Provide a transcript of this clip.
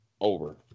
over